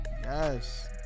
yes